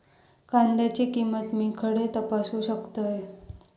कांद्याची किंमत मी खडे तपासू शकतय?